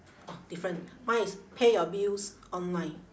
oh different mine is pay your bills online